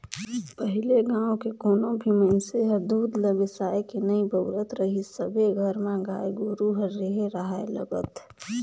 पहिले गाँव के कोनो भी मइनसे हर दूद ल बेसायके नइ बउरत रहीस सबे घर म गाय गोरु ह रेहे राहय लगत